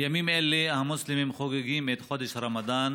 בימים אלה המוסלמים חוגגים את חודש הרמדאן.